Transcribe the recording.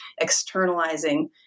externalizing